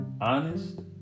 honest